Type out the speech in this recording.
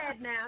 now